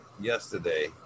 yesterday